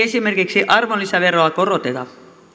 esimerkiksi arvonlisäveroa koroteta